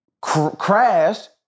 crashed